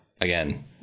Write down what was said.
again